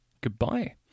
Goodbye